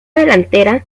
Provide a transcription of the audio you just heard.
delantera